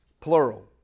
plural